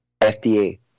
FDA